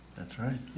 that's right